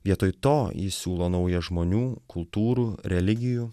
vietoj to ji siūlo naują žmonių kultūrų religijų